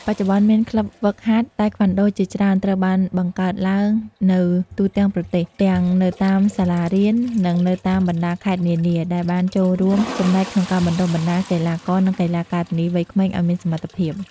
បច្ចុប្បន្ន មានក្លិបហ្វឹកហាត់តៃក្វាន់ដូជាច្រើនត្រូវបានបង្កើតឡើងនៅទូទាំងប្រទេស ទាំងនៅតាមសាលារៀន និងនៅតាមបណ្ដាខេត្តនានា ដែលបានចូលរួមចំណែកក្នុងការបណ្ដុះបណ្ដាលកីឡាករ និងកីឡាការិនីវ័យក្មេងឱ្យមានសមត្ថភាព។